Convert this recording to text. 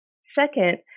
Second